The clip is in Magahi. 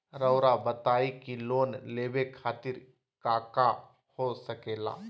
रउआ बताई की लोन लेवे खातिर काका हो सके ला?